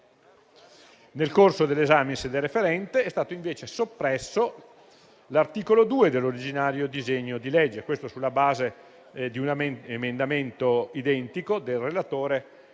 Nel corso dell'esame in sede referente è stato invece soppresso l'articolo 2 dell'originario disegno di legge, sulla base di un emendamento identico del relatore